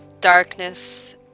darkness